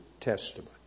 testament